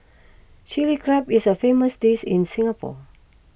Chilli Crab is a famous dish in Singapore